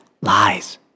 lies